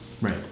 Right